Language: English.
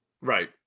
Right